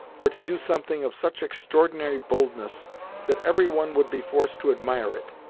or to do something of such extraordinary boldness that every one would be forced to admire it.